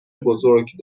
بزرگ